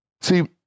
See